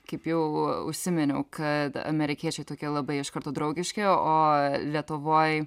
kaip jau užsiminiau kad amerikiečiai tokie labai iš karto draugiški o lietuvoj